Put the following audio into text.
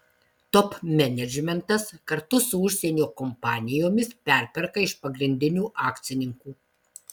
top menedžmentas kartu su užsienio kompanijomis perperka iš pagrindinių akcininkų